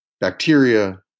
bacteria